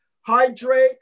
hydrate